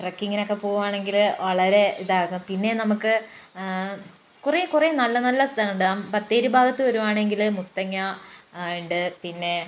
ട്രക്കിങ്ങിനൊക്കെ പോകുവാണെങ്കില് വളരെ ഇതാണ് പിന്നെ നമുക്ക് കുറെ കുറെ നല്ല നല്ല സ്ഥലമുണ്ട് ബത്തേരി ഭാഗത്ത് വരുവാണെങ്കില് മുത്തങ്ങാ ഉണ്ട് പിന്നെ